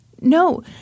No